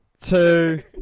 two